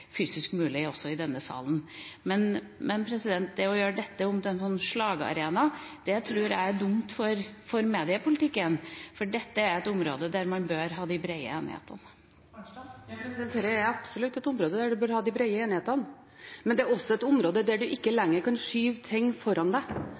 fysisk mulig, også i denne salen. Men det å gjøre dette om til en slagarena tror jeg er dumt for mediepolitikken, for dette er et område der man bør ha de brede enighetene. Marit Arnstad – til oppfølgingsspørsmål. Dette er absolutt et område der man bør ha de brede enighetene, men det er også et område der man ikke